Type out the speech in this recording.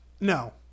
No